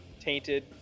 tainted